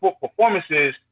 performances